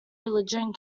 religion